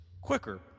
quicker